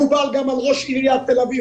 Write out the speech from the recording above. מדובר גם על ראש עירית תל אביב,